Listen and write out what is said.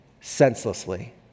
senselessly